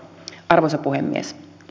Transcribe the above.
arvoisa puhemies